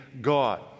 God